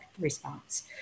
response